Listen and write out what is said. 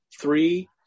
three